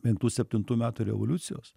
penktų septintų metų revoliucijos